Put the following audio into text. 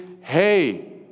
hey